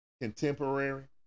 contemporary